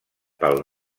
pel